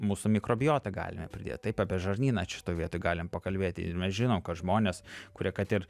mūsų mikrobiotą galime pridėt taip apie žarnyną šitoj vietoj galim pakalbėti ir mes žinom kad žmonės kurie kad ir